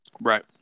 Right